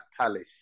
Palace